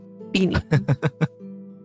Beanie